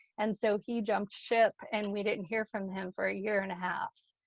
and so he jumped ship, and we didn't hear from him for a year and half.